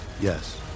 Yes